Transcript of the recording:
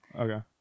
Okay